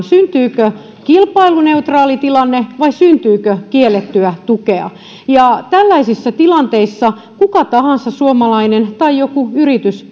syntyykö kilpailuneutraali tilanne vai syntyykö kiellettyä tukea tällaisissa tilanteissa kuka tahansa suomalainen tai joku yritys